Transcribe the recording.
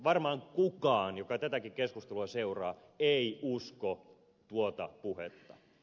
varmaan kukaan joka tätäkin keskustelua seuraa ei usko tuota puhetta